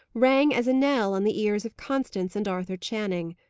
rang as a knell on the ears of constance and arthur channing.